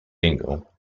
single